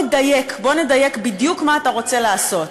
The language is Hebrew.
נדייק, בדיוק מה אתה רוצה לעשות: